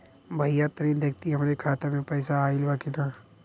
भईया तनि देखती हमरे खाता मे पैसा आईल बा की ना?